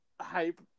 hype